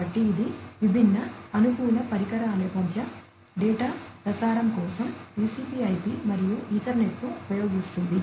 కాబట్టి ఇది విభిన్న అనుకూల పరికరాల మధ్య డేటా ప్రసారం కోసం TCP IP మరియు ఈథర్నెట్ను ఉపయోగిస్తుంది